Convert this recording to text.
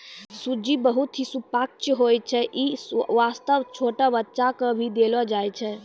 सूजी बहुत हीं सुपाच्य होय छै यै वास्तॅ छोटो बच्चा क भी देलो जाय छै